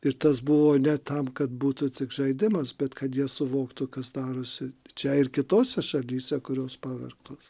ir tas buvo ne tam kad būtų tik žaidimas bet kad jie suvoktų kas darosi čia ir kitose šalyse kurios pavergtos